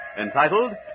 entitled